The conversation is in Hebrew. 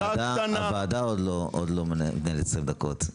על התקנה -- הוועדה עוד לא עובדת 20 דקות.